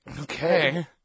Okay